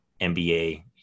NBA